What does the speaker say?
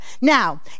Now